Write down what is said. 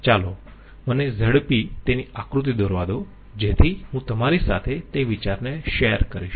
ચાલો મને ઝડપી તેની આકૃતિ દોરવા દો જેથી હું તમારી સાથે તે વિચારને શેર કરી શકું